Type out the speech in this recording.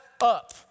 up